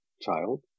child